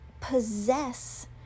possess